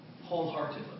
wholeheartedly